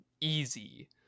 easy